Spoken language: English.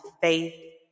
faith